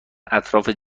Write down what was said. اطراف